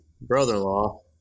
brother-in-law